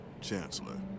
Chancellor